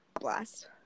Blast